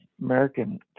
American